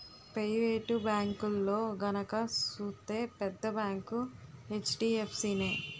private బేంకుల్లో గనక సూత్తే పెద్ద బేంకు హెచ్.డి.ఎఫ్.సి నే